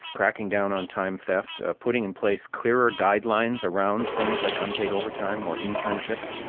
cracking down on time theft. putting in place clearer guidelines around things like unpaid overtime or internships.